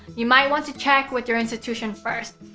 you might want to check with your institution first.